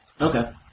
Okay